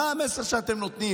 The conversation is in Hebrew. מה המסר שאתם נותנים